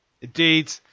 indeed